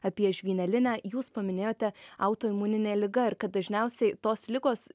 apie žvynelinę jūs paminėjote autoimuninė liga ir kad dažniausiai tos ligos